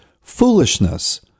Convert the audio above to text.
foolishness